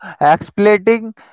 exploiting